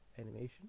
animation